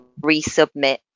resubmit